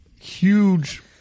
huge